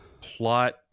plot